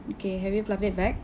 okay have you plugged it back